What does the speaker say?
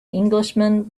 englishman